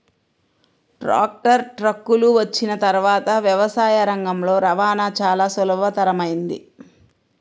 tractor, ట్రక్కులు వచ్చిన తర్వాత వ్యవసాయ రంగంలో రవాణా చాల సులభతరమైంది